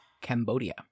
Cambodia